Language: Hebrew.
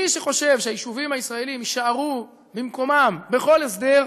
מי שחושב שהיישובים הישראליים יישארו במקומם בכל הסדר,